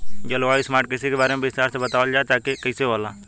जलवायु स्मार्ट कृषि के बारे में विस्तार से बतावल जाकि कइसे होला?